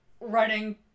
running